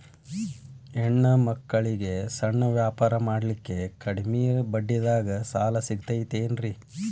ಹೆಣ್ಣ ಮಕ್ಕಳಿಗೆ ಸಣ್ಣ ವ್ಯಾಪಾರ ಮಾಡ್ಲಿಕ್ಕೆ ಕಡಿಮಿ ಬಡ್ಡಿದಾಗ ಸಾಲ ಸಿಗತೈತೇನ್ರಿ?